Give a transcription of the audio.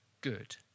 good